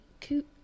coop